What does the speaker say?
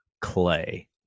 Clay